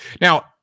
Now